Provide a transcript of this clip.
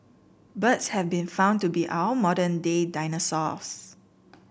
birds have been found to be our modern day dinosaurs